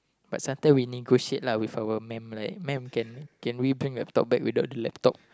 but sometimes we negotiate lah with our mam like mam can can we bring laptop bag without the laptop